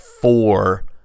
four